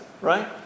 right